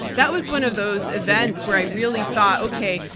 that was one of those events where i really thought, okay,